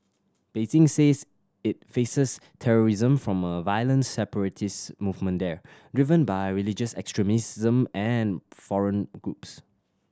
Beijing says it faces terrorism from a violent separatist movement there driven by religious extremism and foreign groups